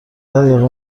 دقیقه